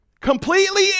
Completely